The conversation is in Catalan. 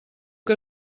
que